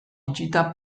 itxita